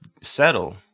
settle